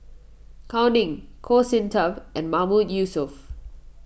Gao Ning Goh Sin Tub and Mahmood Yusof